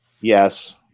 Yes